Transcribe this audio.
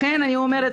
לכן אני אומרת,